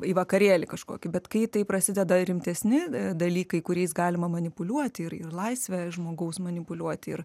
į vakarėlį kažkokį bet kai tai prasideda rimtesni dalykai kuriais galima manipuliuoti ir laisve žmogaus manipuliuoti ir